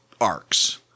arcs